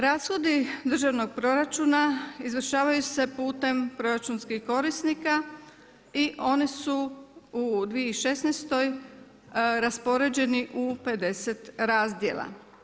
Rashodi državnog proračuna, izvršavaju se putem proračunskih korisnika i one su u 2016. raspoređeni u 50 razdjela.